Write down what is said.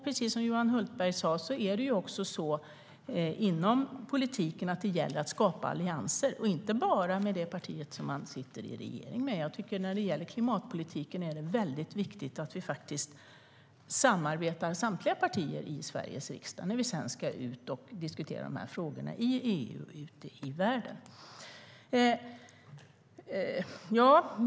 Precis som Johan Hultberg sa gäller det inom politiken att skapa allianser, och inte bara med det parti som man sitter i regering med. När det gäller klimatpolitiken tycker jag att det är viktigt att vi samarbetar, samtliga partier i Sveriges riksdag, när vi sedan ska ut och diskuterar frågorna i EU och ute i världen.